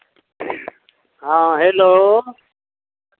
हँ हेलो